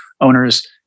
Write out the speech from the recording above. owners